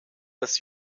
des